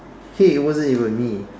hey it wasn't even me